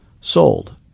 sold